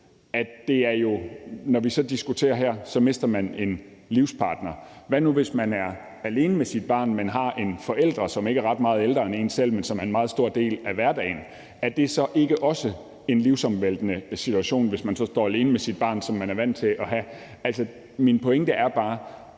noget til her. Vi diskuterer her det med at miste en livspartner, men hvad nu, hvis man er alene med sit barn, men har en forælder, som ikke er ret meget ældre end en selv, men som er en meget stor del af hverdagen, er det så ikke også en livsomvæltende situation, at man så står alene med sit barn, som man er vant til at være to om? Min pointe er bare,